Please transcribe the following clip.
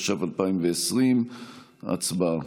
התש"ף 2020. הצבעה.